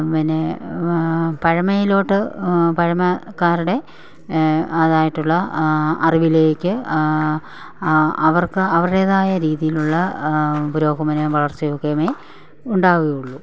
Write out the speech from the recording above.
പിന്നെ പഴമയിലോട്ട് പഴമക്കാരുടെ അതായിട്ടുള്ള ആ അറിവിലേക്ക് അവർക്ക് അവരുടേതായ രീതിയിലുള്ള പുരോഗമനവും വളർച്ചയും ഒക്കെയെ ഉണ്ടാവുകയുള്ളു